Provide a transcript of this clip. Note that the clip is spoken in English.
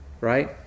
Right